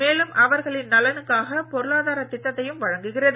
மேலும் அவர்களின் நலனுக்கான பொருளாதார திட்டத்தையும் வழங்குகிறது